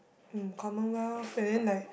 um Commonwealth and then like